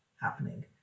happening